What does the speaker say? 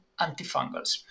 antifungals